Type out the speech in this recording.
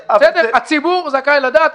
הציבור זכאי לדעת.